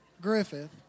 Griffith